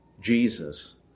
Jesus